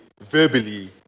verbally